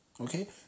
Okay